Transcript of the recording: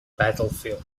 battlefield